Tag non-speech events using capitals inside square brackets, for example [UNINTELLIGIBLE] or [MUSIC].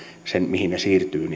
sen mihin ne siirtyvät [UNINTELLIGIBLE]